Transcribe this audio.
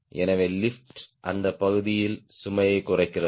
எனவே லிப்ட் அந்த பகுதியில் சுமை குறைகிறது